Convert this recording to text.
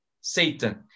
Satan